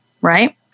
right